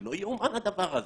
זה לא יאומן הדבר הזה.